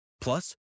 Plus